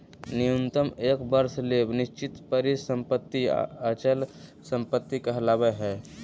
न्यूनतम एक वर्ष ले निश्चित परिसम्पत्ति अचल संपत्ति कहलावय हय